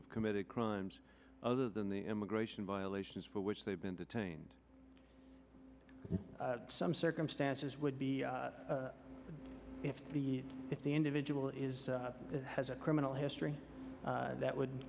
have committed crimes other than the immigration violations for which they've been detained in some circumstances would be if the if the individual is has a criminal history that would